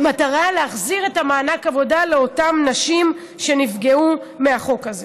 להחזיר את מענק העבודה לאותן נשים שנפגעו מהחוק הזה.